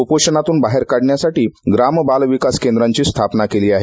कुपोषणातून बाहेर काढण्यासाठी ग्रामबालविकास केंद्राची स्थापना केली आहे